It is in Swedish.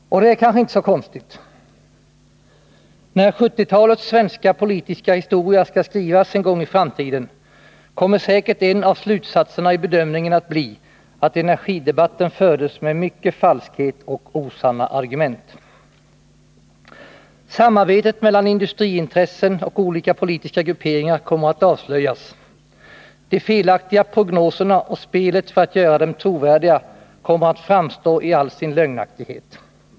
Och det är kanske inte så konstigt. När 1970-talets svenska politiska historia skall skrivas en gång i framtiden, kommer säkert en av slutsatserna i bedömningen att bli att energidebatten fördes med mycken falskhet och osanna argument. Samarbetet mellan industriintressen och olika politiska grupperingar kommer att avslöjas, de felaktiga prognoserna och spelet för att göra dem trovärdiga kommer att framstå i all sin lögnaktighet.